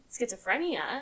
Schizophrenia